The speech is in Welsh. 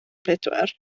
bedwar